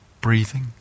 breathing